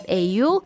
au